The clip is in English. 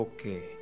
Okay